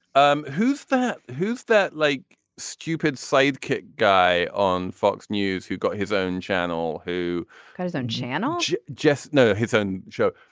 um who's that who's that like stupid sidekick guy on fox news who got his own channel who got his own channel. just no his own show.